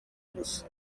gusa